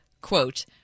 quote